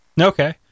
Okay